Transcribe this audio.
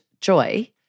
joy